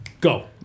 go